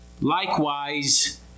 Likewise